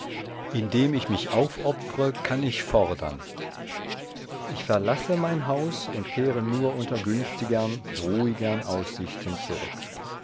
indem ich mich aufopfre kann ich fordern ich verlasse mein haus und kehre nur unter günstigern ruhigern aussichten zurück